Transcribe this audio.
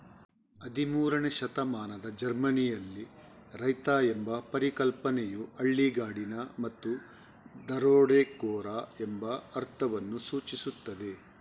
ಹದಿಮೂರನೇ ಶತಮಾನದ ಜರ್ಮನಿಯಲ್ಲಿ, ರೈತ ಎಂಬ ಪರಿಕಲ್ಪನೆಯು ಹಳ್ಳಿಗಾಡಿನ ಮತ್ತು ದರೋಡೆಕೋರ ಎಂಬ ಅರ್ಥವನ್ನು ಸೂಚಿಸುತ್ತದೆ